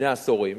שני עשורים,